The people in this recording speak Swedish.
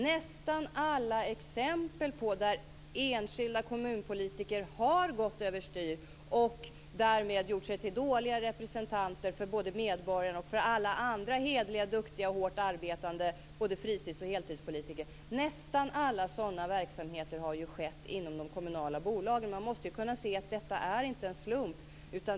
Nästan alla exempel där enskilda kommunpolitiker har gått över styr och gjort sig till dåliga representanter för medborgarna och för alla andra hederliga, duktiga och hårt arbetande fritids och heltidspolitiker kommer från verksamheter inom de kommunala bolagen. Man måste kunna se att det inte är en slump.